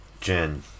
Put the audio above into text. Jen